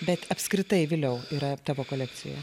bet apskritai viliau yra tavo kolekcija